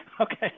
okay